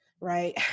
right